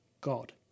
God